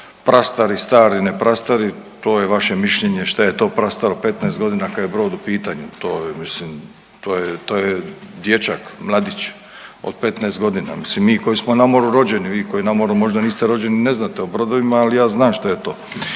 Prastari, stari, ne prastari to je vaše mišljenje šta je to prastaro 15 godina kad je brod u pitanju. To je mislim, to je, to je dječak, mladić od 15 godina. Mislim mi koji smo na moru rođeni, vi koji na moru možda niste rođeni ne znate o brodovima, ali ja znam šta je to.